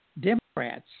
Democrats